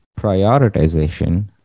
prioritization